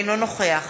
אינו נוכח